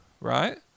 right